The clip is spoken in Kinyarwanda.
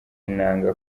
inanga